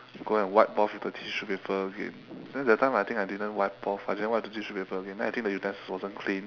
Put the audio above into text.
go and wipe off with the tissue paper again then that time I think I didn't wipe off I didn't wipe with tissue again then I think the utensils wasn't clean